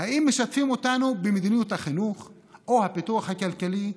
האם משתפים אותנו במדיניות החינוך או הפיתוח הכלכלי?